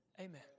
Amen